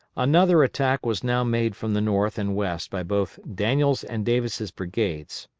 another attack was now made from the north and west by both daniel's and davis' brigades.